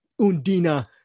Undina